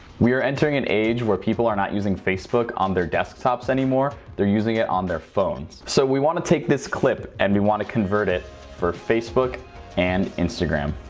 we are entering an age age where people are not using facebook on their desktops anymore they're using it on their phones. so we wanna take this clip and we want to convert it for facebook and instagram.